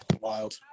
Wild